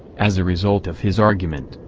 as a result of his argument,